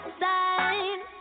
side